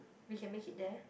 we can make it there